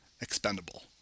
expendable